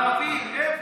ואפס לערבים.